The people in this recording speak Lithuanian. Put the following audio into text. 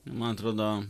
man atrodo